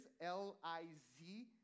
L-I-Z